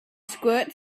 squirt